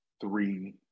three